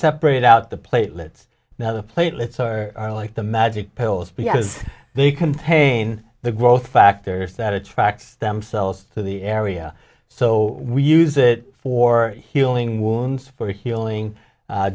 separate out the platelets now the platelets are like the magic pills because they contain the growth factors that attracts themselves to the area so we use it for healing wounds for healing